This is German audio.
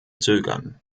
zögern